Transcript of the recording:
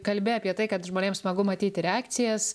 kalbi apie tai kad žmonėms smagu matyti reakcijas